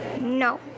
No